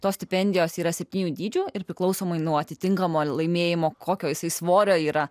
tos stipendijos yra septynių dydžio ir priklausomai nuo atitinkamo laimėjimo kokio jisai svorio yra